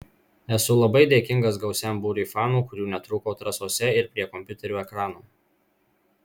esu labai dėkingas gausiam būriui fanų kurių netrūko trasose ir prie kompiuterių ekranų